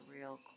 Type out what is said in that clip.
real